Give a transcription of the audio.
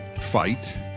fight